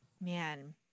man